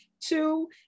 Two